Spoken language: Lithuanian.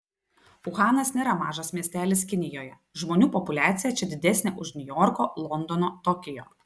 uhanas nėra mažas miestelis kinijoje žmonių populiacija čia didesnė už niujorko londono tokijo